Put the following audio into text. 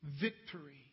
victory